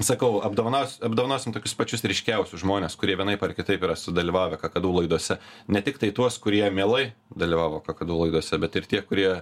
sakau apdovanos apdovanosim tokius pačius ryškiausius žmones kurie vienaip ar kitaip yra sudalyvavę kakadu laidose ne tiktai tuos kurie mielai dalyvavo kakadu laidose bet ir tie kurie